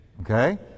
Okay